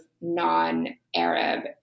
non-Arab